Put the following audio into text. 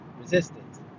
resistance